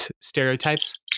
stereotypes